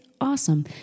awesome